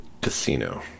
casino